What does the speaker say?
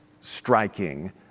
striking